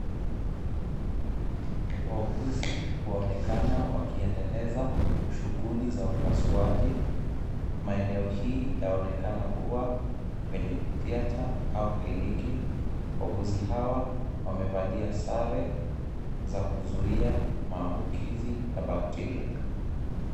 Wauguzi waonekana wakiandeleza shughuli za upasuaji, maeneo hii yaonekana kuwa kwenye theatre au kliniki, wauguzi hawa wamevalia sare za kuzuia maambukizi ya bakteria .